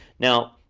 now,